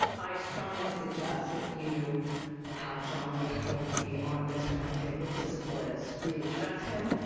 i strongly suggest that you have john leopold be on this roundtable to support us. we trust him.